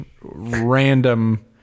random